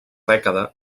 dècada